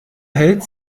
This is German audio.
hält